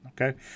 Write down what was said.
Okay